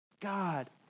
God